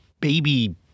baby